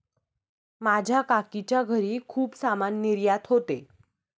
माझ्या काकीच्या घरी खूप सामान निर्यात होते